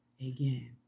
again